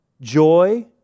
joy